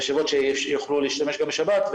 משאבות שיכולים להשתמש גם בשבת,